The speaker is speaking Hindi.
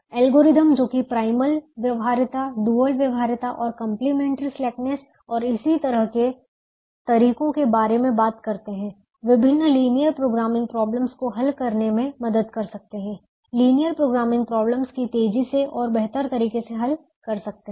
एल्गोरिदम जो कि प्राइमल व्यवहार्यता डुअल व्यवहार्यता और कंप्लीमेंट्री स्लैकनेस और इस तरह के तरीकों के बारे में बात करते हैं विभिन्न लिनियर प्रोग्रामिंग प्रॉब्लम्स को हल करने में मदद कर सकते हैं लिनियर प्रोग्रामिंग प्रॉब्लम्स की तेजी से और बेहतर तरीके से हल कर सकते हैं